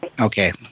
Okay